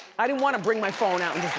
i didn't wanna bring my phone out and